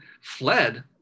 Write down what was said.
fled